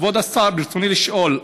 כבוד השר, רצוני לשאול: